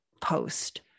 post